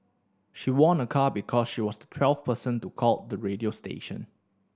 she won a car because she was the twelfth person to call the radio station